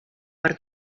per